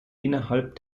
innerhalb